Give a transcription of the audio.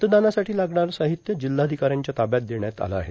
मतदानासाठीं लागणारं सर्ाहत्य जिल्हार्धिकाऱ्यांच्या ताब्यात देण्यात आलं आहेत